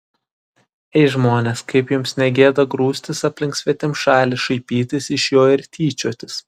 ei žmonės kaip jums ne gėda grūstis aplink svetimšalį šaipytis iš jo ir tyčiotis